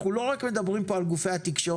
אנחנו לא רק מדברים פה על גופי התקשורת,